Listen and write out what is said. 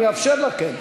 אני אאפשר לכם,